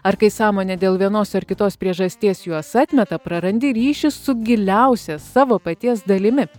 ar kai sąmonė dėl vienos ar kitos priežasties juos atmeta prarandi ryšį su giliausia savo paties dalimi